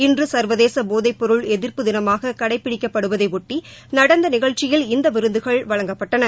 இன்று சுர்வதேச போதைப் பொருள் எதிர்ப்பு தினமாக கடைப்பிடிக்கப்படுவதையொட்டி நடந்த நிகழ்ச்சியில் இந்த விருதுகள் வழங்கப்பட்டன